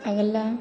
अगला